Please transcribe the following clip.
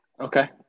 Okay